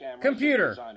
Computer